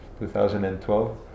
2012